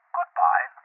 Goodbye